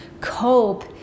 cope